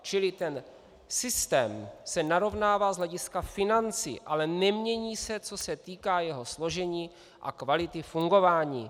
Čili ten systém se narovnává z hlediska financí, ale nemění se, co se týká jeho složení a kvality fungování.